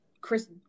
Chris